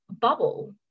bubble